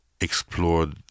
explored